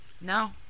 No